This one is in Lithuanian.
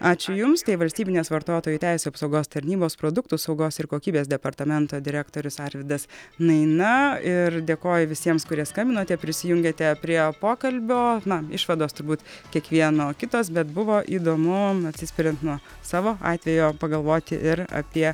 ačiū jums tai valstybinės vartotojų teisių apsaugos tarnybos produktų saugos ir kokybės departamento direktorius arvydas naina ir dėkoja visiems kurie skambinote prisijungiate prie pokalbio na išvados turbūt kiekvieno kitos bet buvo įdomu atsispiriant nuo savo atvejo pagalvoti ir apie